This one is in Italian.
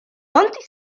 fonti